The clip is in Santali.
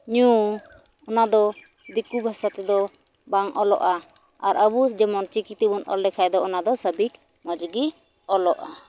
ᱧᱩ ᱚᱱᱟ ᱫᱚ ᱫᱤᱠᱩ ᱵᱷᱟᱥᱟ ᱛᱮᱫᱚ ᱵᱟᱝ ᱚᱞᱚᱜᱼᱟ ᱟᱨ ᱟᱵᱚ ᱡᱮᱢᱚᱱ ᱪᱤᱠᱤ ᱛᱮᱵᱚᱱ ᱚᱞ ᱞᱮᱠᱷᱟᱱ ᱫᱚ ᱚᱱᱟ ᱫᱚ ᱥᱟᱹᱵᱤᱠ ᱢᱚᱡᱽ ᱜᱮ ᱚᱞᱚᱜᱼᱟ